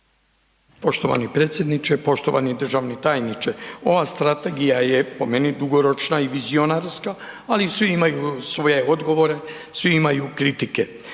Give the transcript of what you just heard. Poštovani predsjedniče, poštovani državni tajniče. Ova Strategija je po meni dugoročna i vizionarska, ali svi imaju svoje odgovore, svi imaju kritike.